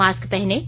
mask पहनें